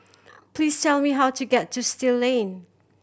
please tell me how to get to Still Lane